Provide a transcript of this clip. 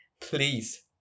please